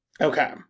Okay